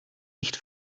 nicht